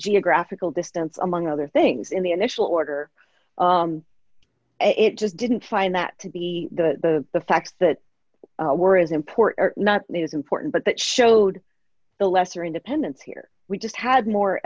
geographical distance among other things in the initial order it just didn't find that to be the the facts that were is important not only is important but that showed the lesser independents here we just had more